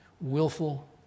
willful